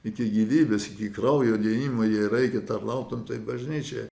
iki gyvybės iki kraujo liejimo jai reikia tarnautum tai bažnyčiai